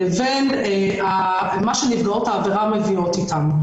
לבין מה שנפגעות העבירה מביאות אתן.